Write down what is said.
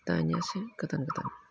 दानियासो गोदान गोदान